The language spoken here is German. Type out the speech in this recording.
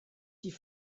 die